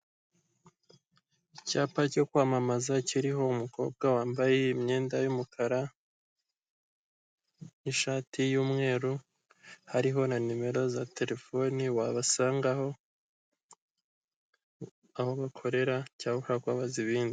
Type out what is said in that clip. Icyapa cyo kwamamaza kiriho umukobwa wambaye imyenda y'umukara, nishati y'umweru, hariho na nimero za terefone wabasanga aho, aho bakorera cyangwa kubabaza ibindi.